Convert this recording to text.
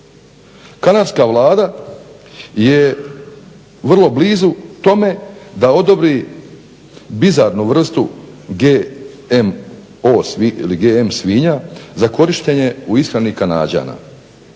Kanadska Vlada je vrlo blizu tome da odobri bizarnu vrstu GM svinja za korištenje u ishrani Kanađana.